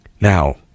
Now